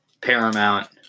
Paramount